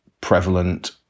prevalent